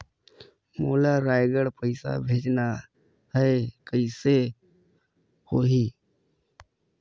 मोला रायगढ़ पइसा भेजना हैं, कइसे होही?